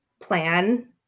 plan